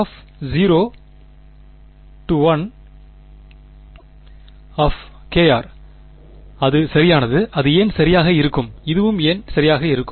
எது அது சரியானது அது ஏன் சரியாக இருக்கும் இதுவும் ஏன் சரியாக இருக்கும்